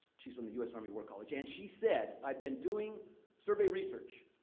she's in the u s. army war college, and she said, i've been doing survey research.